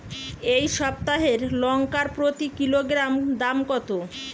এই সপ্তাহের লঙ্কার প্রতি কিলোগ্রামে দাম কত?